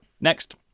Next